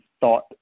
thought